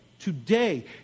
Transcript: today